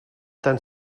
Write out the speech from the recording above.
tan